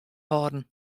hâlden